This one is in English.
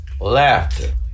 laughter